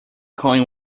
coin